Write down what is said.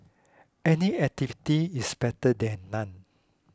any activity is better than none